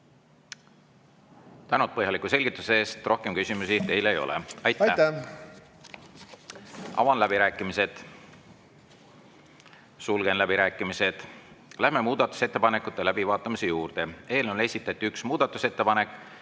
Tänud põhjaliku selgituse eest! Rohkem küsimusi teile ei ole. Avan läbirääkimised. Sulgen läbirääkimised. Läheme muudatusettepanekute läbivaatamise juurde. Eelnõu kohta esitati üks muudatusettepanek.